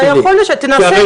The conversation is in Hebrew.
אתה יכול, תנסה.